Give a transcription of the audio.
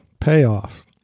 payoff